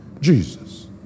Jesus